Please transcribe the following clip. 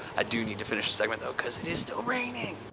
i do need to finish this segment though because it is still raining.